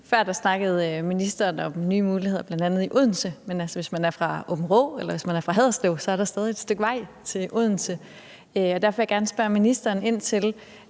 Ministeren snakkede før om nye muligheder i bl.a. Odense, men hvis man er fra Aabenraa eller Haderslev, er der stadig et stykke vej til Odense. Derfor vil jeg gerne spørge ministeren,